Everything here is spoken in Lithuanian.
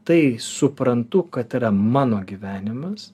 tai suprantu kad yra mano gyvenimas